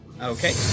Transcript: Okay